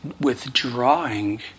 withdrawing